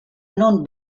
non